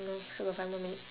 no still got five more minute